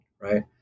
right